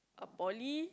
poly